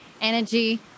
energy